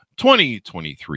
2023